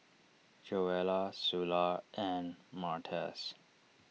Joella Sula and Martez